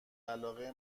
علاقه